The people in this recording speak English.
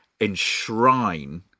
enshrine